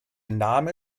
name